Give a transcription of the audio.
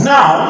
Now